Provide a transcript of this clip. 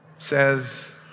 Says